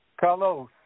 Carlos